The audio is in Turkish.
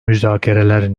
müzakereler